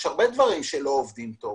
יש דברים שלא עובדים טוב,